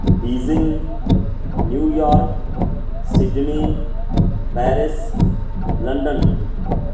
Beijing New York Sydney Paris London